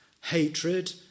hatred